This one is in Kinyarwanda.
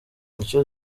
icyo